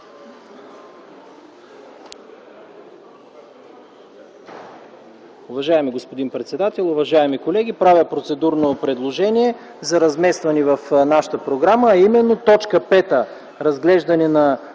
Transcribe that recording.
Уважаеми господин председател, уважаеми колеги! Правя процедурно предложение за разместване в нашата програма, а именно т. 5 – разглеждане на